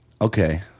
okay